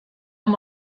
amb